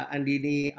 Andini